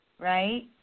right